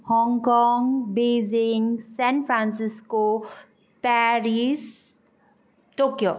Hong Kong Beijing San Francisco Paris Tokyo